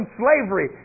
slavery